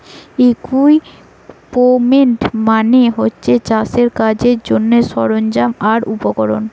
equipment মানে হচ্ছে চাষের কাজের জন্যে সরঞ্জাম আর উপকরণ